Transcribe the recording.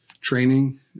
training